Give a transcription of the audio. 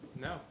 No